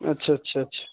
اچھا اچھا اچھا